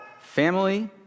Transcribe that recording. family